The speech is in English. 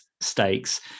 stakes